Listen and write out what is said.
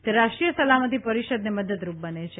તે રાષ્ટ્રીય સલામતિ પરિષદને મદદરૂપ બને છે